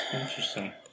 Interesting